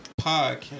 Podcast